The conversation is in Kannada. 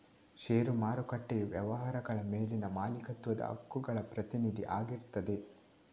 ಷೇರು ಮಾರುಕಟ್ಟೆಯು ವ್ಯವಹಾರಗಳ ಮೇಲಿನ ಮಾಲೀಕತ್ವದ ಹಕ್ಕುಗಳ ಪ್ರತಿನಿಧಿ ಆಗಿರ್ತದೆ